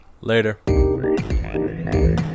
Later